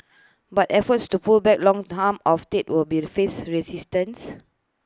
but efforts to pull back long Town of state will face resistance